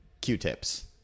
Q-tips